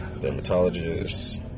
dermatologist